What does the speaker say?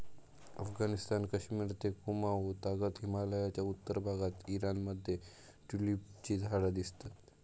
अफगणिस्तान, कश्मिर ते कुँमाउ तागत हिमलयाच्या उत्तर भागात ईराण मध्ये ट्युलिपची झाडा दिसतत